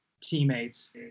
teammates